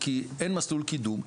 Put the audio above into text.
כי אין מסלול קידום.